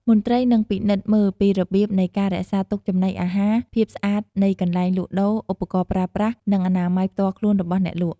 មន្ត្រីនឹងពិនិត្យមើលពីរបៀបនៃការរក្សាទុកចំណីអាហារ ភាពស្អាតនៃកន្លែងលក់ដូរ ឧបករណ៍ប្រើប្រាស់ និងអនាម័យផ្ទាល់ខ្លួនរបស់អ្នកលក់។